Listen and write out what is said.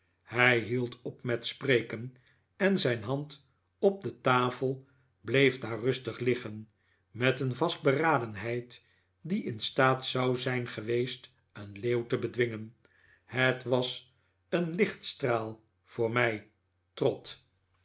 hij hield op met spreken en zijn hand op de tafel bleef daar rustig liggen met een vastberadenheid die in staat zou zijn geweest een leeuw te bedwingen het was een lichtstraal voor mij trot